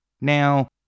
Now